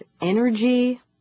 energy